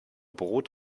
brot